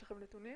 יש לכם נתונים?